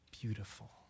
beautiful